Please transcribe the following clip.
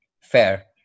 Fair